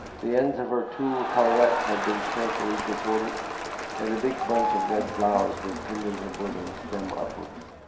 the ends of her tulle collarette had been carefully disordered and a big bunch of red flowers was pinned in her bosomm stems upwards.